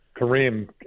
Kareem